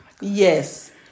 yes